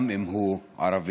גם אם הוא ערבי: